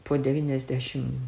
po devyniasdešimt